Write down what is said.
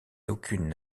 aucune